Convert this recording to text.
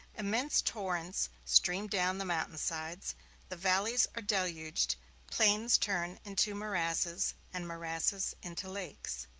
immense torrents stream down the mountain sides the valleys are deluged plains turn into morasses, and morasses into lakes.